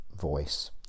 voice